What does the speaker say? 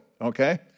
okay